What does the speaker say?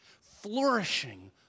flourishing